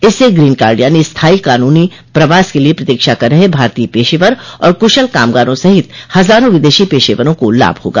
इससे ग्रीनकार्ड यानी स्थाई कानूनी प्रवास के लिए प्रतीक्षा कर रहे भारतीय पेशेवर और कुशल कामगारों सहित हजारों विदेशी पेशेवरों को लाभ होगा